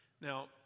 Now